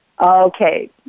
Okay